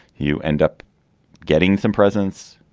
you end up getting some presence,